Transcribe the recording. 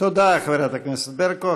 תודה, חברת הכנסת ברקו.